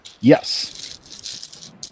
Yes